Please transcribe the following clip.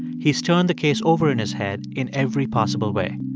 he's turned the case over in his head in every possible way.